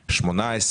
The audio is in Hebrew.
18,